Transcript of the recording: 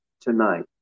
tonight